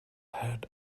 head